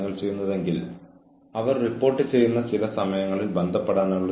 നിങ്ങൾ ചെയ്യേണ്ടതെന്തും അത് ചെയ്യേണ്ട രീതിയിൽ ചെയ്യുക